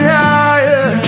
higher